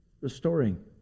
restoring